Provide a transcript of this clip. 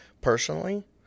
personally